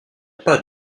pas